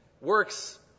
works